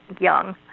young